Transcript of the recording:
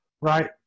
Right